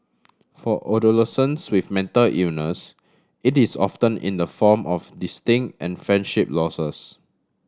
for adolescents with mental illness it is often in the form of distant and friendship losses